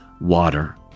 water